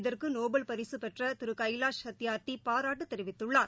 இதற்குநோபல் பரிசுப்பெற்றதிருகைவாஷ் சத்தியார்த்திபாராட்டுதெரிவித்துள்ளார்